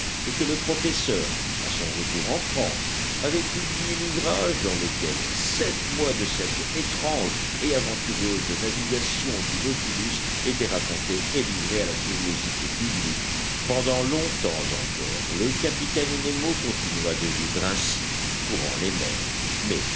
et que le professeur à son retour en france avait publié l'ouvrage dans lequel sept mois de cette étrange et aventureuse navigation du nautilus étaient racontés et livrés à la curiosité publique pendant longtemps encore le capitaine nemo continua de vivre ainsi courant les mers mais